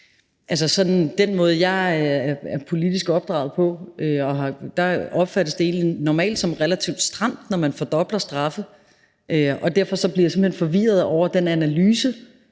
Med den måde, jeg er politisk opdraget på, opfattes det egentlig relativt stramt, når man fordobler straffe, og derfor bliver jeg simpelt hen forvirret over den analyse,